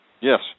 Yes